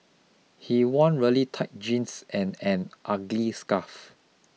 he wore really tight jeans and an ugly scarf